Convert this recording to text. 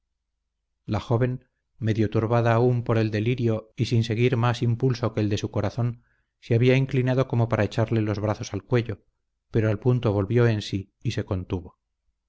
la joven medio turbada aún por el delirio y sin seguir más impulso que el de su corazón se había inclinado como para echarle los brazos al cuello pero al punto volvió en sí y se contuvo